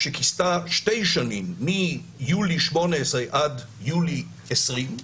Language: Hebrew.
שכיסתה שתי שנים, מיולי 2018 עד יולי 2020,